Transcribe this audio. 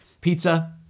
Pizza